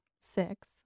six